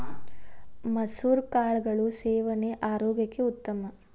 ಮಸುರ ಕಾಳುಗಳ ಸೇವನೆ ಆರೋಗ್ಯಕ್ಕೆ ಉತ್ತಮ